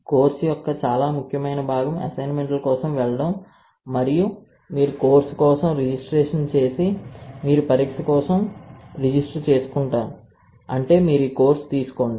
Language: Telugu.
కోర్సు యొక్క చాలా ముఖ్యమైన భాగం అసైన్మెంట్ల కోసం వెళ్లడం మరియు మీరు కోర్సు కోసం రిజిస్ట్రేషన్ చేసి మీరు పరీక్ష కోసం రిజిస్టర్ చేసుకుంటాను అంటే మీరు ఈ కోర్సు తీసుకోండి